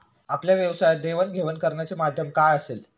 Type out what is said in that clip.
आपल्या व्यवसायात देवाणघेवाण करण्याचे माध्यम काय असेल?